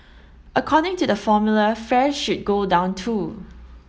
according to the formula fares should go down too